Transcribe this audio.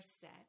set